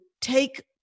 take